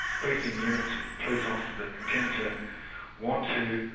policing units and police officers tend to want to,